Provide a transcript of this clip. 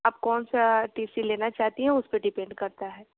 आप कौन सा टी सी लेना चाहती हैं उस पर डिपेन्ड करता है